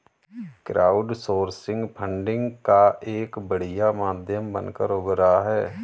crowdsourcing funding का एक बढ़िया माध्यम बनकर उभरा है